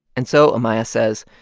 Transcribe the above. and so, omaya says,